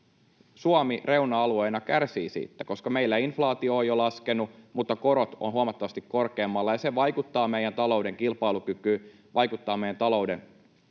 Suomi reuna-alueena kärsii siitä, koska meillä inflaatio on jo laskenut mutta korot ovat huomattavasti korkeammalla, ja se vaikuttaa meidän talouden kilpailukykyyn, vaikuttaa meidän talouden